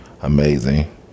amazing